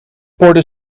porde